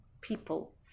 people